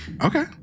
Okay